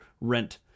rent